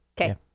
Okay